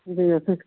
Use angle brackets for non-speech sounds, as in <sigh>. <unintelligible>